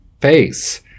face